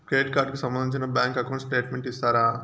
Credit card కు సంబంధించిన bank account statement ఇస్తారా?